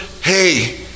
Hey